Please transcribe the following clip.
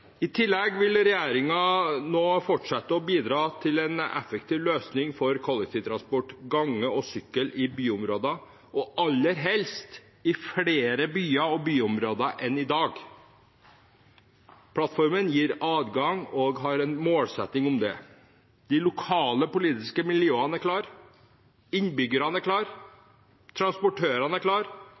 I tillegg vil regjeringen nå fortsette å bidra til en effektiv løsning for kollektivtransport, gange og sykkel i byområder, og aller helst i flere byer og byområder enn i dag. Plattformen gir adgang til og har en målsetting om det. De lokale politiske miljøene er klare, innbyggerne er klare, transportørene er